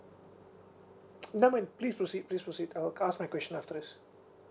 nevermind please proceed please proceed I'll ask my question after this